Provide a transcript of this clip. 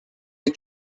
you